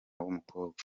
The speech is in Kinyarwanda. w’umukobwa